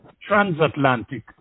transatlantic